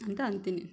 ಅಂತ ಅಂತೀನಿ